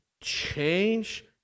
change